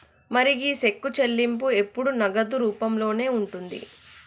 మరి గీ సెక్కు చెల్లింపు ఎప్పుడు నగదు రూపంలోనే ఉంటుంది